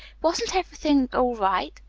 wasn't everything all right?